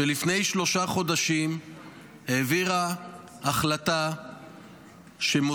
שלפני שלושה חודשים העבירה החלטה שלראשונה במדינת